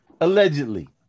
Allegedly